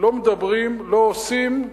לא מדברים, לא עושים,